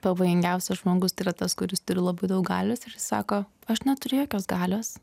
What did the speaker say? pavojingiausias žmogus tai yra tas kuris turi labai daug galios ir jis sako aš neturiu jokios galios